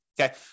Okay